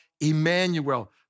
Emmanuel